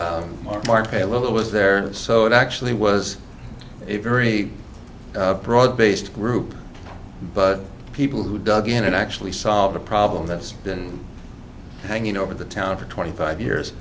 little was there so it actually was a very broad based group but people who dug in and actually solved a problem that's been hanging over the town for twenty five years